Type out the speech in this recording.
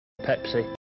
Pepsi